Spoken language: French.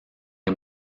les